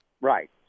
Right